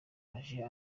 ije